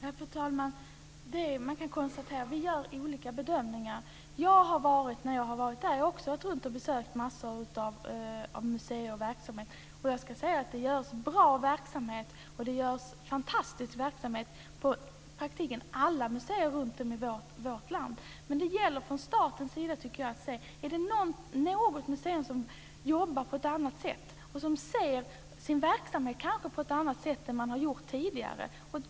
Fru talman! Man kan konstatera att vi gör olika bedömningar. Jag har också varit runt och besökt massor av museer och verksamheter, och det drivs bra och fantastisk verksamhet på praktiskt taget alla museer runtom i vårt land. Men det gäller från statens sida att se: Är det något museum som jobbar på ett annat sätt och kanske ser sin verksamhet på ett annat sätt än vad som gjorts tidigare?